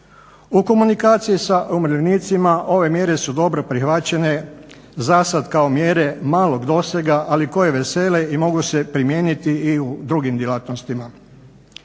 U komunikaciji sa umirovljenicima ove mjere su dobro prihvaćene zasad kao mjere malog dosega, ali koje vesele i mogu se primijeniti i u drugim djelatnostima.